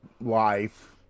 life